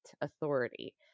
authority